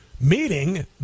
meeting